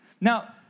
Now